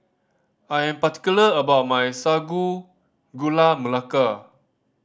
I am particular about my Sago Gula Melaka